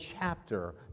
chapter